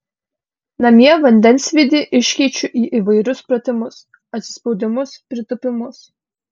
namie vandensvydį iškeičiu į įvairius pratimus atsispaudimus pritūpimus